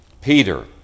Peter